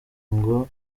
ngo